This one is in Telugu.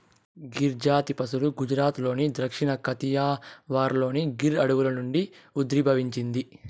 గిర్ జాతి పసులు గుజరాత్లోని దక్షిణ కతియావార్లోని గిర్ అడవుల నుండి ఉద్భవించింది